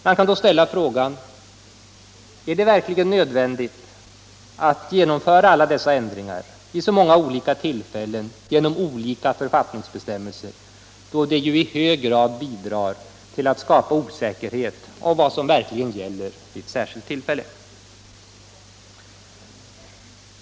Man kan då ställa frågan: Är det verkligen nödvändigt att genomföra alla dessa ändringar vid så många olika tillfällen genom olika författningsbestämmelser, då det ju i hög grad bidrar till att skapa osäkerhet om vad som verkligen gäller vid ett särskilt tillfälle?